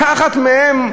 לקחת מהם?